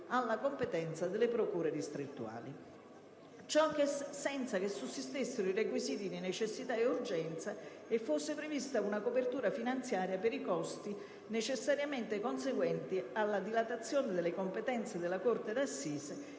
alla competenza delle procure distrettuali; ciò senza che sussistessero i requisiti di necessità ed urgenza e fosse prevista una copertura finanziaria per i costi, necessariamente conseguenti alla dilatazione delle competenze della corte d'assise